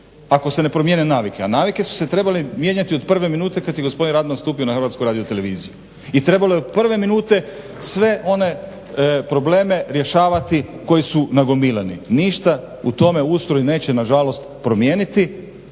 ako se ne promijene navike a navike su se trebale mijenjati od prve minute kad je gospodin Radman ustupio na HRT-u i trebalo je od prve minute sve probleme rješavati koji su nagomilani. Ništa u tome neće ustroj nažalost promijeniti